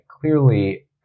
clearly